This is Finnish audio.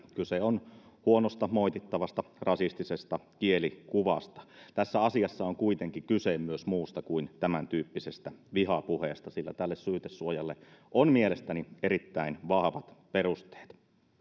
kyse on huonosta moitittavasta rasistisesta kielikuvasta tässä asiassa on kuitenkin kyse myös muusta kuin tämäntyyppisestä vihapuheesta sillä tälle syytesuojalle on mielestäni erittäin vahvat perusteet